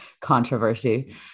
controversy